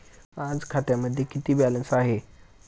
आज खात्यामध्ये किती बॅलन्स आहे?